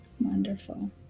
Wonderful